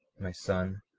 my son,